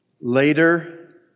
Later